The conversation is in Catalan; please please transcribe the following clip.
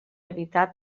evitar